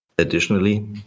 Additionally